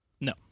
No